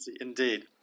indeed